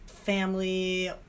family